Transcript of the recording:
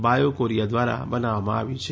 bio Korea દ્વારા બનાવવામાં આવી છે